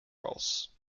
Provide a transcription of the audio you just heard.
roles